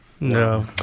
no